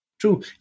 True